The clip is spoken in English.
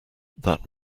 that